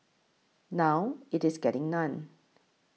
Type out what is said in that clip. now it is getting none